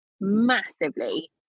massively